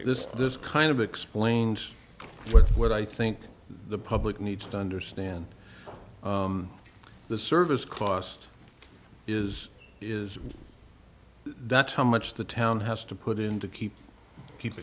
this this kind of explains what i think the public needs to understand the service cost is is that's how much the town has to put in to keep